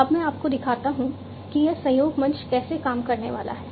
अब मैं आपको दिखाता हूं कि यह सहयोग मंच कैसे काम करने वाला है